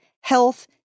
health